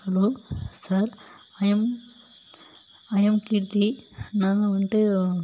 hello sir I'm I'm Keerthi நாங்கள் வந்துட்டு